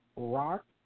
Rock